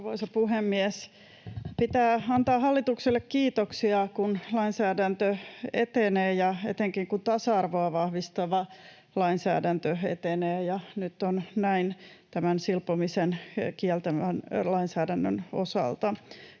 Arvoisa puhemies! Pitää antaa hallitukselle kiitoksia, kun lainsäädäntö etenee ja etenkin kun tasa-arvoa vahvistava lainsäädäntö etenee, ja nyt on näin tämän silpomisen kieltävän lainsäädännön osalta.